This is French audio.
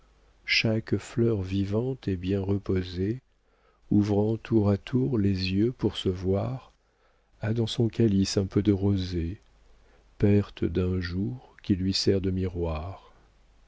chaque fleur vivante et bien reposée ouvrant tour à tour les yeux pour se voir a dans son calice un peu de rosée perle d'un jour qui lui sert de miroir